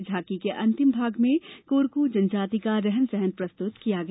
झांकी के अंतिम भाग में कोरकू जनजाति का रहन सहन प्रस्तुत किया गया है